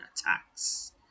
attacks